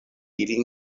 ilin